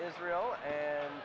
israel and